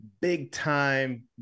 big-time